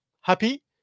happy